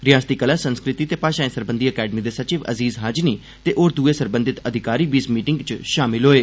रिआसती कला संस्कृति ते भाषाएं सरबंधी अकैडमी दे सचिव अज़ीज़ हाजिनी ते होर द्ए सरबंधत अधिकारी बी इस मीटिंग च षामिल होए